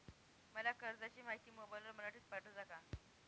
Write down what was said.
मला कर्जाची माहिती मोबाईलवर मराठीत पाठवता का?